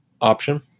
Option